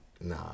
Nah